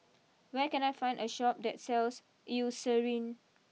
where can I find a Shop that sells Eucerin